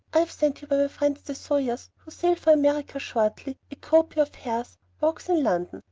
i have sent you by my friends the sawyers, who sail for america shortly, a copy of hare's walks in london,